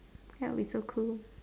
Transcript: that will be so cool